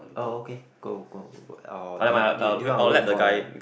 oh okay go go go or do you do you do you are wait for the